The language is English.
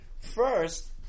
First